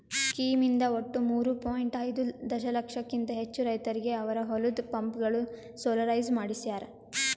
scheme ಇಂದ ಒಟ್ಟು ಮೂರೂ ಪಾಯಿಂಟ್ ಐದೂ ದಶಲಕ್ಷಕಿಂತ ಹೆಚ್ಚು ರೈತರಿಗೆ ಅವರ ಹೊಲದ ಪಂಪ್ಗಳು ಸೋಲಾರೈಸ್ ಮಾಡಿಸ್ಯಾರ್